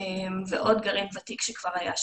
ועוד גרעין ותיק שכבר היה שם.